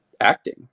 acting